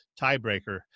tiebreaker